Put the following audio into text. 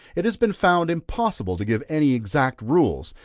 it has been found impossible to give any exact rules,